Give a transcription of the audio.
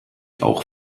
auch